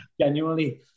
genuinely